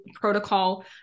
protocol